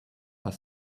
are